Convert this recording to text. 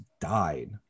died